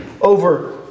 over